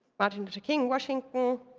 martin luther king, washington.